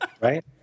Right